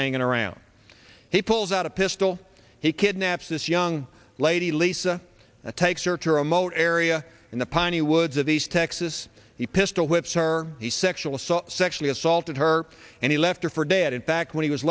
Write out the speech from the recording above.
hanging around he pulls out a pistol he kidnaps this young lady lisa takes her to remote area in the piney woods of these texas he pistol whips her the sexual assault sexually assaulted her and he left her for dead in fact when he was